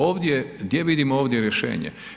Ovdje, gdje vidimo ovdje rješenje?